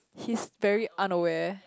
he's very unaware